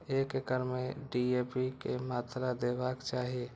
एक एकड़ में डी.ए.पी के मात्रा देबाक चाही?